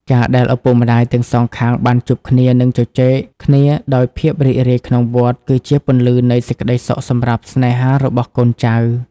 ការដែលឪពុកម្ដាយទាំងសងខាងបានជួបគ្នា និងជជែកគ្នាដោយភាពរីករាយក្នុងវត្ត គឺជាពន្លឺនៃសេចក្ដីសុខសម្រាប់ស្នេហារបស់កូនចៅ។